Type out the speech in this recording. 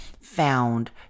found